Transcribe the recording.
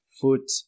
foot